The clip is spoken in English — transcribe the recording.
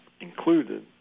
included